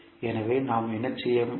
எனவே நாம் என்ன செய்ய வேண்டும்